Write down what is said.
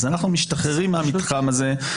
אז אנחנו משתחררים מהמתחם הזה,